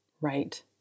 right